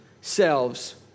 selves